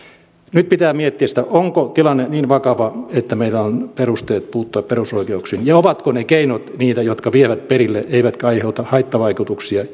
nyt pitää miettiä sitä onko tilanne niin vakava että meillä on perusteet puuttua perusoikeuksiin ja ovatko ne keinot niitä jotka vievät perille eivätkä aiheuta haittavaikutuksia